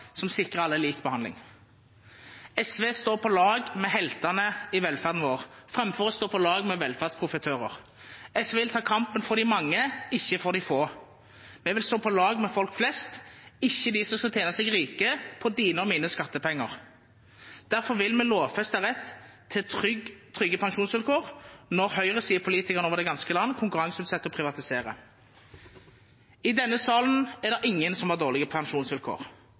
som sikrer alle lik behandling. SV står på lag med heltene i velferden vår, framfor å stå på lag men velferdsprofitører. SV vil ta kampen for de mange, ikke for de få. Vi vil stå på lag med folk flest – ikke de som skal tjene seg rike på dine og mine skattepenger. Derfor vil vi lovfeste retten til trygge pensjonsvilkår når høyresidepolitikere over det ganske land konkurranseutsetter og privatiserer. I denne salen er det ingen som har dårlige pensjonsvilkår.